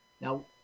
Now